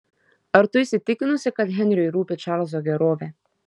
ar tu įsitikinusi kad henriui rūpi čarlzo gerovė